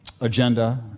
agenda